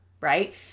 right